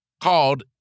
called